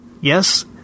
Yes